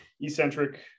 eccentric